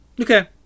Okay